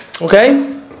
Okay